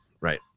right